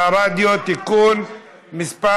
(תיקון מס'